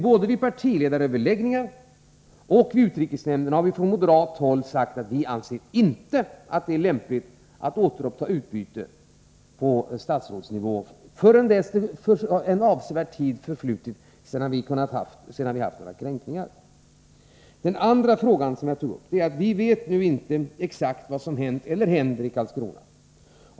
Både vid partiledaröverläggningar och i utrikesnämnden har vi från moderat håll sagt att vi inte anser att det är lämpligt att återuppta utbyte på statsrådsnivå förrän avsevärd tid har förflutit utan att vi haft några kränkningar. En annan fråga som jag tagit upp är att vi nu inte vet exakt vad som hänt eller händer i Karlskrona.